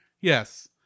Yes